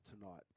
tonight